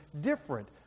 different